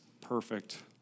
perfect